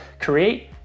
create